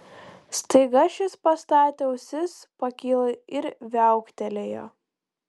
staiga šis pastatė ausis pakilo ir viauktelėjo